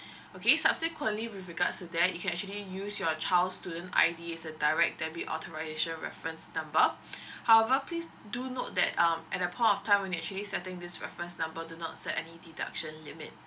okay subsequently with regards to that you can actually use your child's student I_D as a direct debit authorisation reference number however please do note that um at the point of time when you actually setting this reference number do not set any deduction limit